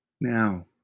Now